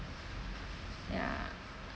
ya